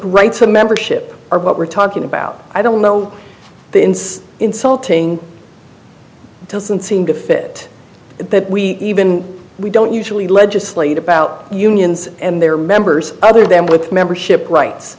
right to membership or what we're talking about i don't know the ins insulting doesn't seem to fit that we even we don't usually legislate about unions and their members other than with membership rights